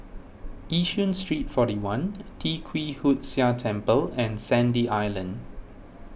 Yishun Street forty one Tee Kwee Hood Sia Temple and Sandy Island